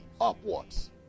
upwards